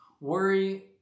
worry